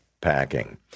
packing